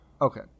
Okay